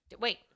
Wait